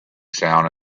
sound